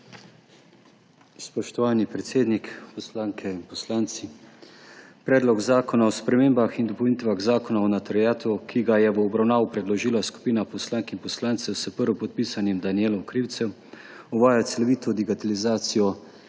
Spoštovani predsednik, poslanke in poslanci! Predlog zakona o spremembah in dopolnitvah Zakona o notariatu, ki ga je v obravnavo predložila skupina poslank in poslancev s prvopodpisanim Danijelom Krivcem, uvaja celovito digitalizacijo